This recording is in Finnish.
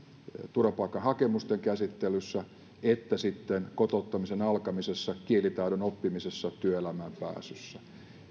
turvapaikkahakemusten käsittelyssä että kotouttamisen alkamisessa kielitaidon oppimisessa työelämään pääsyssä